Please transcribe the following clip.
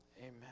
amen